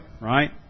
right